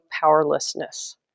powerlessness